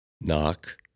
Knock